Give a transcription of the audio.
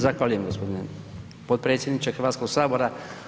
Zahvaljujem gospodine potpredsjedniče Hrvatskog sabora.